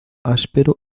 áspero